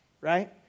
Right